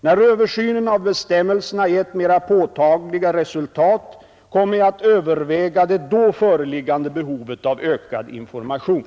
När översynen av bestämmelserna gett mera påtagliga resultat kommer jag att överväga det då föreliggande behovet av ökad information.